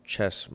Chess